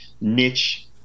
niche